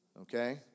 Okay